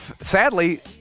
sadly